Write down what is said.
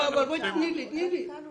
תקנות